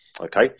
Okay